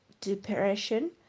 depression